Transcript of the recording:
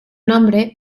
nombre